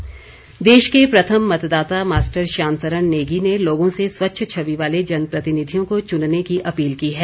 श्याम सरन नेगी देश के प्रथम मतदाता मास्टर श्याम सरन नेगी ने लोगों से स्वच्छ छवि वाले जनप्रतिनिधियों को चुनने की अपील की है